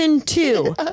two